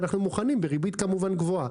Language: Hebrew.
אנחנו מוכנים, כמובן בריבית גבוהה.